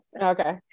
Okay